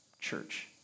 church